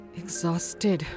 exhausted